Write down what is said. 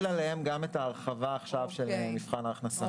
אבל אנחנו נחיל עליהם גם את ההרחבה של מבחן ההכנסה.